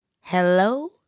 Hello